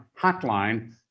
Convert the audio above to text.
hotline